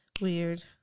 Weird